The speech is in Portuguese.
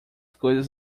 coisas